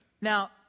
Now